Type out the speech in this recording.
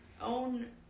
own